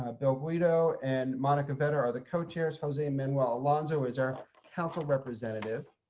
ah bill guido and monica vetter are the co-chairs, jose manuel alonzo is our council representative